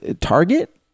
Target